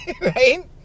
right